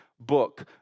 book